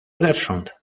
zewsząd